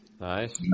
Nice